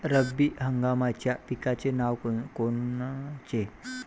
रब्बी हंगामाच्या पिकाचे नावं कोनचे?